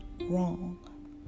wrong